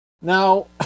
Now